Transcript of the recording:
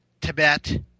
Tibet